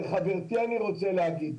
לחברתי אני רוצה להגיד,